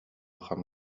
хам